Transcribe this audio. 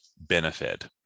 benefit